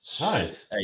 Nice